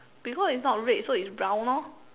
because it's not red so it's brown lor